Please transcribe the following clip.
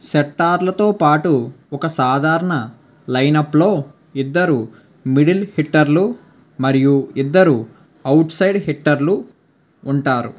షెట్టార్లతో పాటు ఒక సాధారణ లైనప్లో ఇద్దరు మిడిల్ హిట్టర్లు మరియు ఇద్దరు అవుట్సైడ్ హిట్టర్లు ఉంటారు